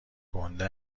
گنده